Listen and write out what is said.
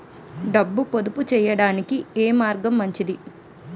డబ్బు పొదుపు చేయటానికి ఏ మార్గం మంచిది?